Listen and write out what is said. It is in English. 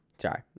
Sorry